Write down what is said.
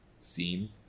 scene